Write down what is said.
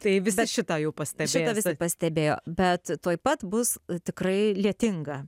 tai visi šįtą jau pastebėjo visad pastebėjo bet tuoj pat bus tikrai lietinga